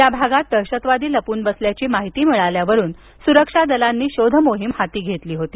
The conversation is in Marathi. या भागात दहशतवादी लपून बसल्याची माहिती मिळाल्यावरून सुरक्षा दलांनी शोधमोहीम हाती घेतली होती